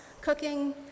cooking